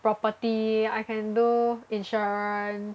property I can do insurance